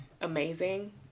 amazing